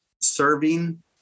serving